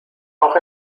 auch